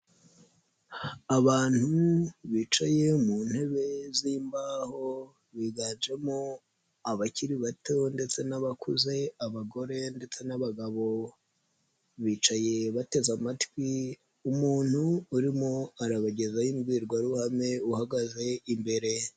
Abantu bicaye mu ntebe z'imbaho biganjemo abakiri bato ndetse n'abakuze, abagore ndetse n'abagabo. Bicaye bateze amatwi umuntu urimo arabagezaho imbwirwaruhame uhagaze imbere.